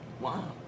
Wow